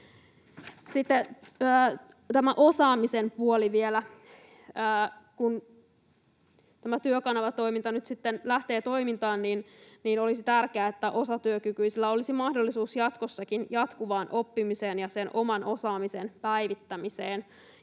Sitten tämä osaamisen puoli vielä: Kun tämä Työkanava-toiminta nyt sitten lähtee toimintaan, niin olisi tärkeää, että osatyökykyisillä olisi mahdollisuus jatkossakin jatkuvaan oppimiseen ja sen oman osaamisensa päivittämiseen.